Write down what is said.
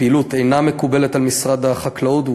הפעילות אינה מקובלת על משרד החקלאות,